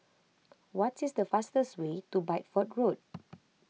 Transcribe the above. what is the fastest way to Bideford Road